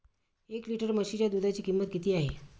एक लिटर म्हशीच्या दुधाची किंमत किती आहे?